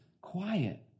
quiet